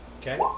Okay